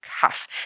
cuff